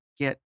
get